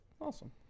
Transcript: awesome